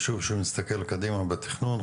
שהוא מסתכל קדימה בתכנון,